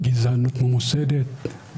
גזענות ממוסדת,